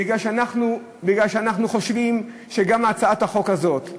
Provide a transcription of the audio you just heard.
מכיוון שאנחנו חושבים שגם הצעת החוק הזאת,